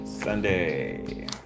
Sunday